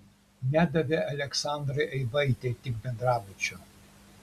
nedavė aleksandrai eivaitei tik bendrabučio